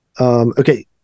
okay